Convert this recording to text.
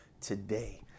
today